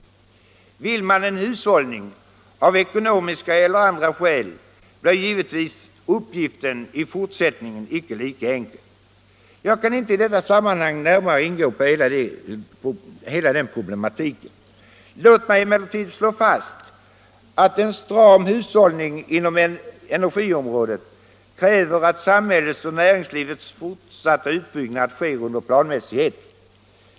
Vill man få till stånd en hushållning av ekonomiska eller andra skäl, blir givetvis uppgiften inte lika enkel. Jag kan inte i detta sammanhang närmare ingå på hela den problematiken. Låt mig emellertid slå fast att en stram hushållning inom energiområdet kräver att samhällets och näringslivets fortsatta utbyggnad sker under planmässighet.